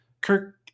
Kirk